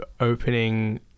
opening